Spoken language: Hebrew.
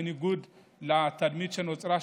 בניגוד לתדמית שנוצרה,